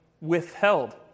withheld